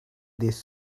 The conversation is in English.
this